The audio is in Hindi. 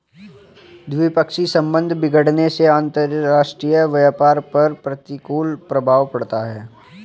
द्विपक्षीय संबंध बिगड़ने से अंतरराष्ट्रीय व्यापार पर प्रतिकूल प्रभाव पड़ता है